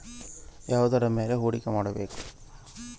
ಯಾವುದರ ಮೇಲೆ ಹೂಡಿಕೆ ಮಾಡಬೇಕು?